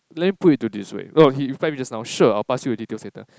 let me put to this way well he reply me just now sure I'll pass you the details later